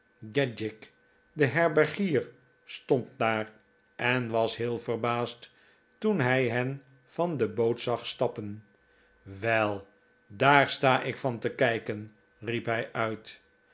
de herbergier stond daar en was heel verbaasd toen hij hen van de boot zag stappen wel daar sta ik van te kijken riep hij uit